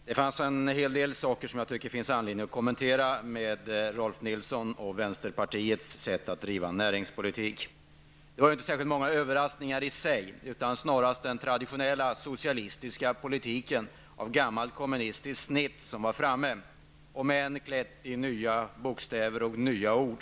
Herr talman! Det finns en hel del i Rolf L Nilsons och vänsterpartiets sätt att driva näringspolitik som det finns anledning att kommentera. Det är inte särskilt många överraskningar i sig, utan snarast den traditionella socialistiska politiken av gammalt kommunistiskt snitt som framkom, om än klätt i nya bokstäver och nya ord.